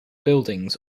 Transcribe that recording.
buildings